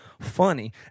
funny